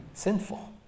sinful